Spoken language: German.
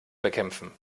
bekämpfen